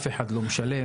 אף אחד לא משלם,